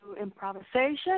improvisation